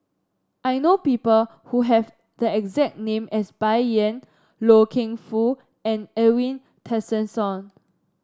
I know people who have the exact name as Bai Yan Loy Keng Foo and Edwin Tessensohn